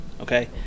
okay